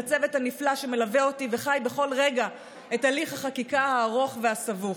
ולצוות הנפלא שמלווה אותי וחי בכל רגע את הליך החקיקה הארוך והסבוך.